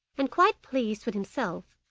and, quite pleased with himself,